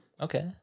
Okay